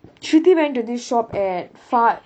shruthi went to this shop at far